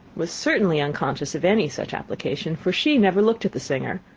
was certainly unconscious of any such application, for she never looked at the singer,